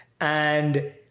And-